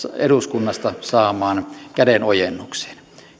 eduskunnasta saamaan kädenojennukseen